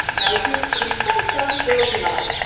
now, if you confront them, they'll deny it.